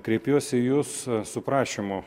kreipiuosi į jus su prašymu